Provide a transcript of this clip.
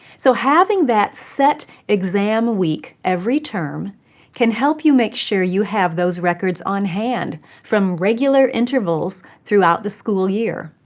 so having that set exam week every term can help you make sure you have those records on hand from regular intervals throughout the school year.